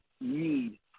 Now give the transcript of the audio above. need